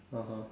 (uh huh)